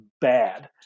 bad